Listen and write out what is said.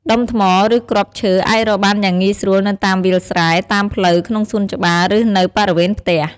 ដុំថ្ម ឬគ្រាប់ឈើអាចរកបានយ៉ាងងាយស្រួលនៅតាមវាលស្រែ តាមផ្លូវ ក្នុងសួនច្បារ ឬនៅបរិវេណផ្ទះ។